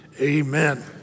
amen